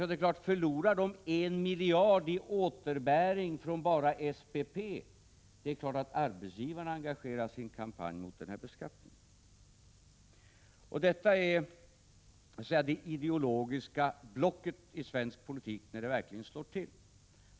Ja, om de förlorar 1 miljard i återbäring enbart från SPP, så är det klart att de engagerar sig i en kampanj mot den beskattningen. Detta är det ideologiska blocket i svensk politik när det verkligen slår till.